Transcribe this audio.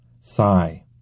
Sigh